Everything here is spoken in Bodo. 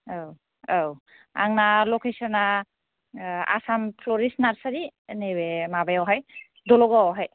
औ औ आंना लकेश'ना आसाम टरिस्ट नारसारि नैबे माबायावहाय दल'गावआव हाय